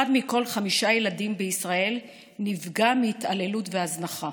אחד מכל חמישה ילדים בישראל נפגע מהתעללות והזנחה.